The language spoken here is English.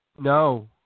No